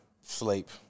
sleep